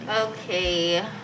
Okay